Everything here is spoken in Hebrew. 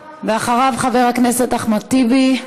ואחריו, חבר הכנסת אחמד טיבי.